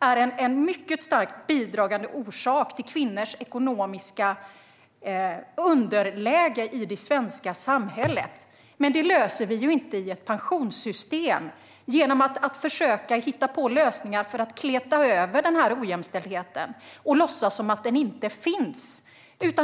är en mycket starkt bidragande orsak till kvinnors ekonomiska underläge i det svenska samhället. Men detta löser vi inte i ett pensionssystem genom att försöka hitta på lösningar för att kleta över denna ojämställdhet och låtsas som att den inte finns.